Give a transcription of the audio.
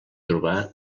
trobar